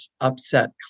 upset